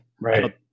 right